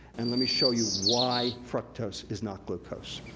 and let me show you why fructose is not glucose.